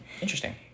Interesting